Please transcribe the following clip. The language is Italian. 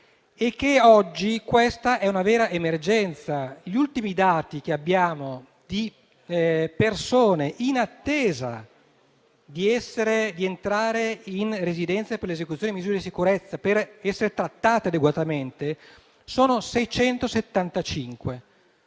Oggi questa è una vera emergenza. Gli ultimi dati sulle persone in attesa di entrare in residenze per l'esecuzione di misure di sicurezza, per essere trattate adeguatamente, sono 675.